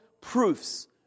proofs